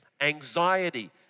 anxiety